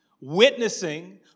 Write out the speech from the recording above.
witnessing